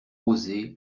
oser